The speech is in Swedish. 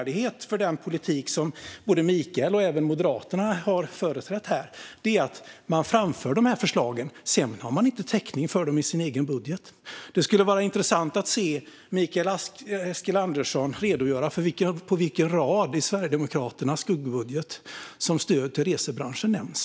Den politik som Mikael och även Moderaterna har företrätt här saknar trovärdighet eftersom man framför förslagen men sedan inte har täckning för dem i den egna budgeten. Det skulle vara intressant att se Mikael Eskilandersson redogöra för på vilken rad i Sverigedemokraternas skuggbudget stöd till resebranschen nämns.